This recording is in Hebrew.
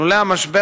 לולא המשבר,